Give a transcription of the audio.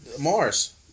Mars